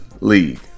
league